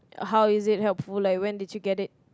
how is it helpful like when did you get it